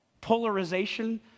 polarization